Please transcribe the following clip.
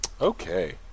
Okay